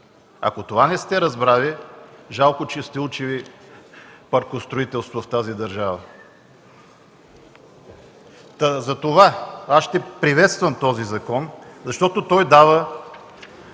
Ако това не сте разбрали, жалко, че сте учили паркостроителство в тази държава. Та за това аз ще приветствам този закон, защото той дава